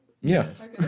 Yes